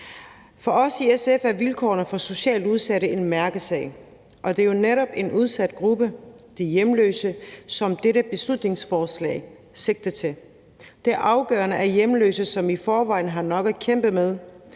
For os i SF er vilkårene for socialt udsatte en mærkesag, og det er jo netop en udsat gruppe, de hjemløse, som dette beslutningsforslag har som sigte. Det er afgørende, at hjemløse, som i forvejen har nok at kæmpe med,